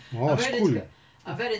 !wah! school ah !huh!